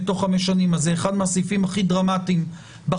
בתוך חמש שנים אז זה אחד מן הסעיפים הכי דרמטיים בחוק.